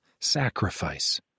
Sacrifice